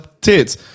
tits